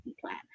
plan